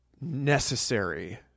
necessary